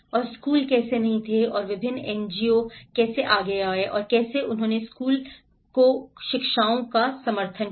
और स्कूल कैसे नहीं थे और विभिन्न एनजीओ कैसे आगे आए और कैसे वे स्कूल की शिक्षाओं का समर्थन किया